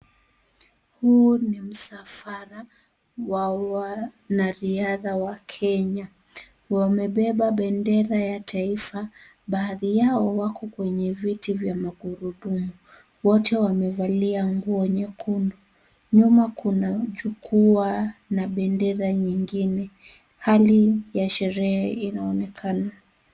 Huu ni msafara wa wanariadha wa Kenya. Wamebeba pendera ya taifa. Baadhi yao wako kwenye viti vya magurudumu. Wote wamevalia nguo nyekundu. Nyuma kuna chukua na pendera nyingine. Hali ya sherehe inaonekana.